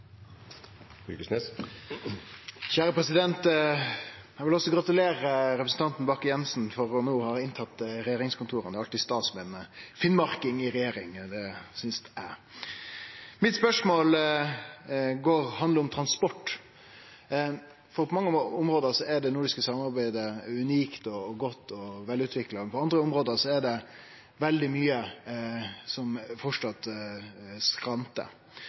Eg vil også gratulere statsråd Bakke-Jensen med no å ha rykt inn i regjeringskontora. Det er alltid stas med ein finnmarking i regjering, synest eg. Mitt spørsmål handlar om transport, for på mange område er det nordiske samarbeidet unikt og godt og velutvikla, men på andre område er det veldig mykje som framleis skrantar.